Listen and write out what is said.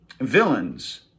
villains